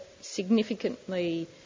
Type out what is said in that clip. significantly